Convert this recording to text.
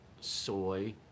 Soy